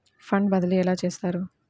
Fund బదిలీ ఎలా చేస్తారు?